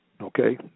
Okay